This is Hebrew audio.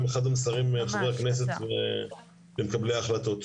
המסרים לחברי הכנסת ולמקבלי ההחלטות: